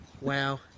Wow